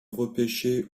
repêché